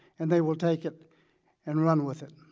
and they will take it and run with it.